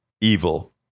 evil